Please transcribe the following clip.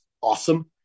awesome